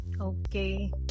Okay